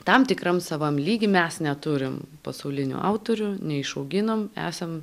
tam tikram savam lygy mes neturim pasaulinių autorių neišauginom esam